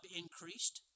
increased